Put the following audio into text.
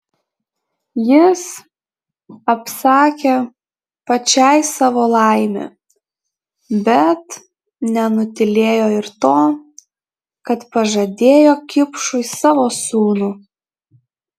jis apsakė pačiai savo laimę bet nenutylėjo ir to kad pažadėjo kipšui savo sūnų